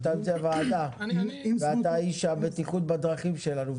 אתה באמצע ועדה, ואתה איש הבטיחות בדרכים שלנו.